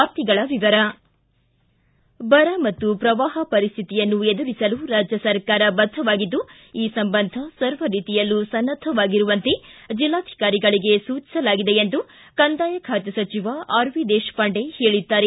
ವಾರ್ತೆಗಳ ವಿವರ ಬರ ಮತ್ತು ಪ್ರವಾಹ ಪರಿಸ್ಥಿತಿಯನ್ನು ಎದುರಿಸಲು ರಾಜ್ಯ ಸರ್ಕಾರ ಬದ್ದವಾಗಿದ್ದು ಈ ಸಂಬಂಧ ಸರ್ವರೀತಿಯಲ್ಲೂ ಸನ್ನದ್ದವಾಗಿರುವಂತೆ ಜಿಲ್ಲಾಧಿಕಾರಿಗಳಿಗೆ ಸೂಚಿಸಲಾಗಿದೆ ಎಂದು ಕಂದಾಯ ಖಾತೆ ಸಚಿವ ಆರ್ ವಿ ದೇಶಪಾಂಡೆ ಹೇಳಿದ್ದಾರೆ